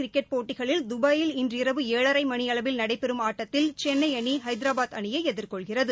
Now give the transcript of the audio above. cricket போட்டிகளில் தபாயில் இன்றிரவு ஏழரை மணியளவில் நடைபெறும் ஆட்டத்தில் சென்னை அணி ஹைதராபாத் அணியை எதிர்கொள்கிறது